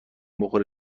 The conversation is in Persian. بخوره